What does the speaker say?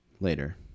later